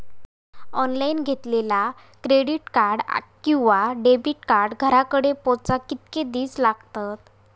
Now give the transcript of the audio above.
Online घेतला credit card किंवा debit card घराकडे पोचाक कितके दिस लागतत?